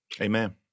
Amen